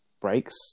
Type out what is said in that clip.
breaks